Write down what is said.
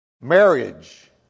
marriage